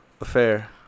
affair